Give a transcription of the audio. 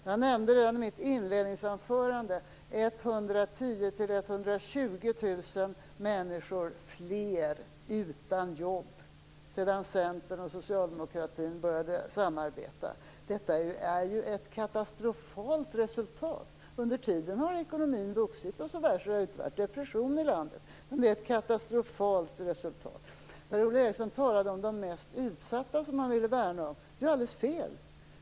Jag nämnde redan i mitt inledningsanförande att 110 000-120 000 fler människor är utan jobb nu sedan Centern och Socialdemokraterna började samarbeta. Det är ju ett katastrofalt resultat! Under tiden har ekonomin vuxit osv., så det har alltså inte rått depression i landet. Per-Ola Eriksson talade om de mest utsatta, som han ville värna. Det är ju alldeles fel!